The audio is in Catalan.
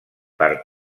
per